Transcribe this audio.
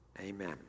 Amen